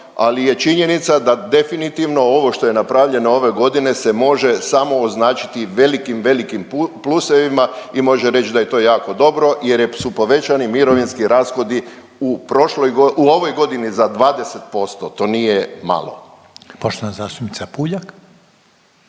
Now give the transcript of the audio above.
ali je činjenica da definitivno ovo što je napravljeno ove godine se može samo označiti velikim, velikim plusevima i može reć da je to jako dobro jer su povećani mirovinski rashodi u prošloj, u ovoj godini za 20%, to nije malo. **Reiner, Željko